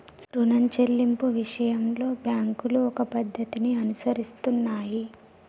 రుణం చెల్లింపు విషయంలో బ్యాంకులు ఒక పద్ధతిని అనుసరిస్తున్నాయి